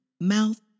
mouth